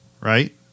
right